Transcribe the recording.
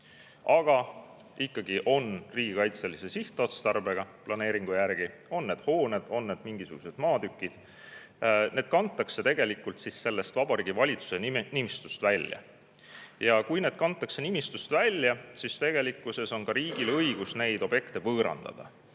aga neil on riigikaitseline sihtotstarve planeeringu järgi – on need hooned, on need mingisugused maatükid –, [võetakse] tegelikult sellest Vabariigi Valitsuse nimistust välja. Ja kui need [võetakse] nimistust välja, siis tegelikkuses on riigil õigus neid objekte võõrandada.